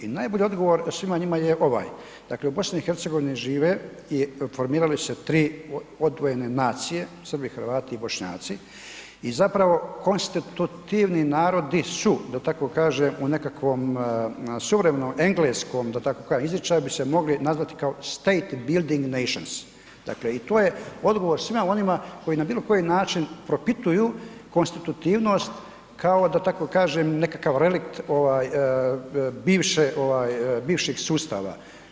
I najbolji odgovor svima njima je ovaj, dakle u BiH žive i formirali su se 3 odvojene nacije Srbi, Hrvati i Bošnjaci i zapravo konstitutivni narodi su da tako kažem u nekakvom suvremenom engleskom da tako kažem izričaju bi se mogli nazvati state building nation, dakle i to je odgovor svima onima koji na bilo koji način propituju konstitutivnost kao da tako kažem nekakav relikt ovaj bivše ovaj bivšeg sustava.